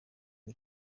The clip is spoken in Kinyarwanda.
ngo